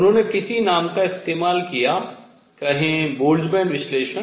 उन्होंने किसी नाम का इस्तेमाल किया कहें बोल्ट्जमैन विश्लेषण